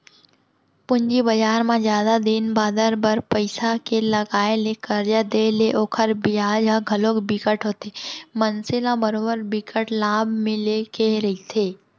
पूंजी बजार म जादा दिन बादर बर पइसा के लगाय ले करजा देय ले ओखर बियाज ह घलोक बिकट होथे मनसे ल बरोबर बिकट लाभ मिले के रहिथे